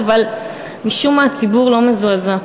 אבל משום מה הציבור לא מזועזע.